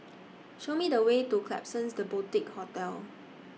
Show Me The Way to Klapsons The Boutique Hotel